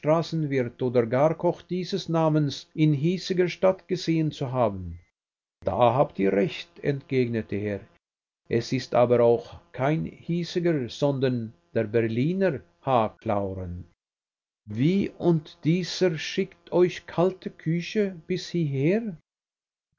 straßenwirt oder garkoch dieses namens in hiesiger stadt gesehen zu haben da habt ihr recht entgegnete er es ist aber auch kein hiesiger sondern der berliner h clauren wie und dieser schickt euch kalte küche bis hieher